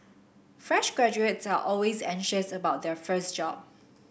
fresh graduates are always anxious about their first job